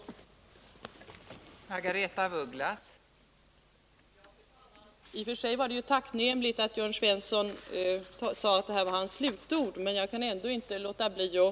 12 november 1979